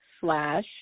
slash